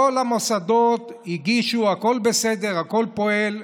כל המוסדות הגישו, הכול בסדר, הכול פועל.